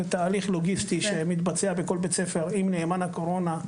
זה תהליך לוגיסטי שמתבצע בכל בית ספר עם נאמן הקורונה,